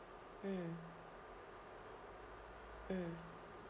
mm mm